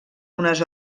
unes